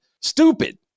stupid